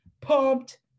pumped